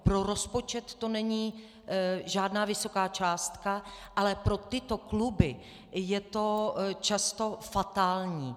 Pro rozpočet to není žádná vysoká částka, ale pro tyto kluby je to často fatální.